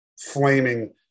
flaming